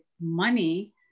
money